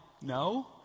no